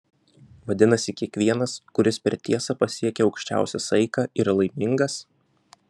vadinasi kiekvienas kuris per tiesą pasiekia aukščiausią saiką yra laimingas